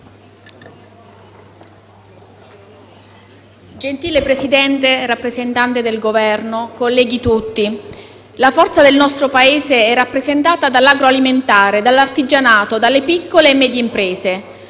onorevole rappresentante del Governo, colleghi, la forza del nostro Paese è rappresentata dall'agroalimentare, dall'artigianato e dalle piccole e medie imprese.